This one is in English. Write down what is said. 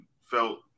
felt